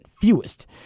fewest